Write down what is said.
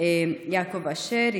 יעקב אשר,